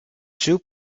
two